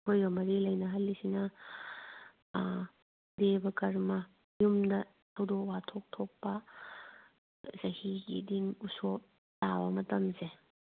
ꯑꯩꯈꯣꯏꯒ ꯃꯔꯤ ꯂꯩꯅꯍꯜꯂꯤꯁꯤꯅ ꯑꯥ ꯗꯦꯕ ꯀꯔꯃꯥ ꯌꯨꯝꯗ ꯊꯧꯗꯣꯛ ꯋꯥꯊꯣꯛ ꯊꯣꯛꯄ ꯆꯍꯤꯒꯤ ꯗꯤꯟ ꯎꯁꯣꯞ ꯇꯥꯕ ꯃꯇꯝꯁꯦ